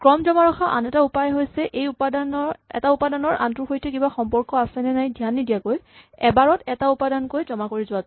ক্ৰম জমা ৰখা আন এটা উপায় হৈছে এটা উপাদানৰ আনটোৰ সৈতে কিবা সম্পৰ্ক আছেনে নাই ধ্যান নিদিয়াকৈ এবাৰত এটা উপাদানকৈ জমা কৰি যোৱাটো